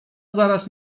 zaraz